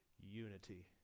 unity